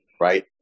right